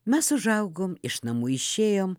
mes užaugom iš namų išėjom